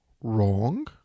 wrong